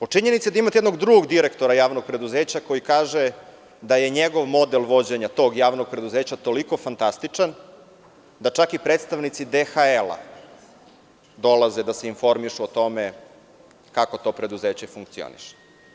O činjenici da imate jednog drugog direktora javnog preduzeća koji kaže da je njegov model vođenja tog javnog preduzeća toliko fantastičan da čak i predstavnici DHL dolaze da se informišu o tome kako to preduzeće funkcioniše.